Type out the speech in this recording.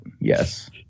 Yes